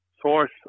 source